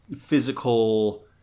physical